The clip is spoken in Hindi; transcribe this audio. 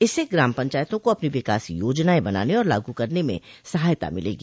इससे ग्राम पंचायतों को अपनी विकास योजनाएं बनाने और लागू करने में सहायता मिलेगी